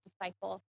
disciple